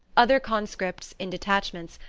other conscripts, in detachments,